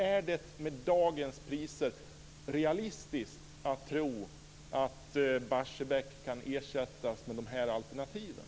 Är det med dagens priser realistiskt att tro att Barsebäck kan ersättas med de här alternativen?